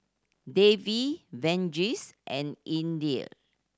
Devi Verghese and Indira